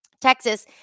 Texas